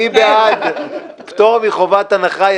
מי בעד פטור מחובת הנחה?